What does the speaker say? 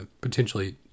potentially